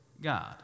God